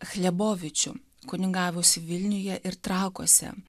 hlebovičių kunigavusį vilniuje ir trakuose